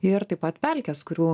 ir taip pat pelkes kurių